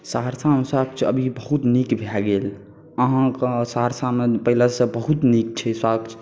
सहरसामे स्वास्थ्य अभी बहुत नीक भए गेल अहाँकेँ सहरसामे पहिलेसँ बहुत नीक छै स्वास्थ्य